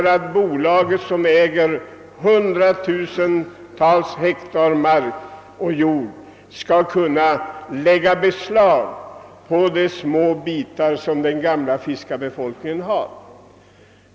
Bolaget, som äger hundratusentals hektar mark, vill även lägga beslag på de små bitar som fiskarbefolkningen disponerar.